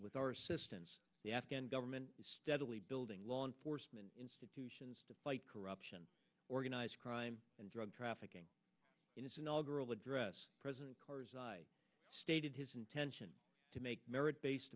with our assistance the afghan government is steadily building law enforcement institutions to fight corruption organized crime and drug trafficking in this inaugural address president karzai stated his intention to make merit based